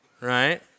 right